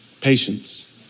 Patience